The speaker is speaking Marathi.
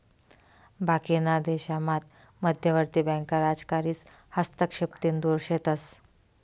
बाकीना देशामात मध्यवर्ती बँका राजकारीस हस्तक्षेपतीन दुर शेतस